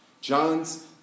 John's